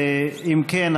אם כן,